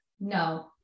No